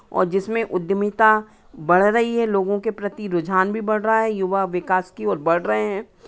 और जिसमें उद्दमिता बढ़ रही है लोगों के प्रति रुझान भी बढ़ रहा है युवा विकास की ओर बढ़ रहे हैं